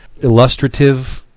illustrative